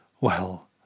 well